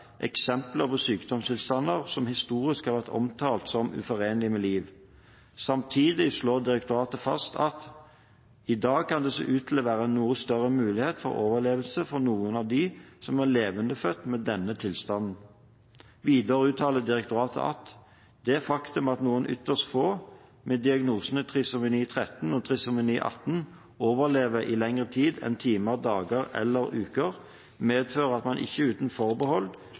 på sykdomstilstander som historisk har vært omtalt som «uforenelig med liv».» Samtidig slo direktoratet fast at «idag kan det se ut til å være en noe større mulighet for overlevelse for noen av dem som er levendefødt med denne tilstanden». Videre uttalte direktoratet at «det faktum at noen ytterst få med diagnosene Trisomi 13 og Trisomi 18 overlever i lengre tid enn timer, dager eller uker, medfører at man ikke uten forbehold